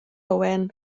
owen